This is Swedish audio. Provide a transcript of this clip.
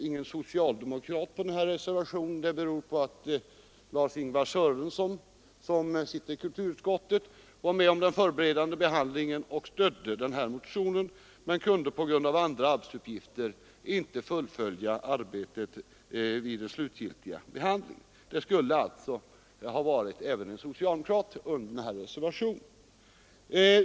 Ingen socialdemokrat har undertecknat denna reservation, vilket beror på att Lars-Ingvar Sörenson, som är ledamot av kulturutskottet och som deltog i den förberedande behandlingen av motionen och därvid stödde den, på grund av andra arbetsuppgifter inte kunde delta vid ärendets slutgiltiga handläggning. Det skulle annars varit även ett socialdemokratiskt namn på denna reservation.